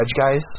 guys